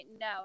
no